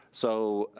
so,